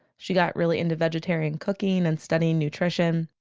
she got really into vegetarian cooking and studying nutrition,